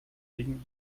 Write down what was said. wegen